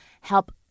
help